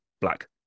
black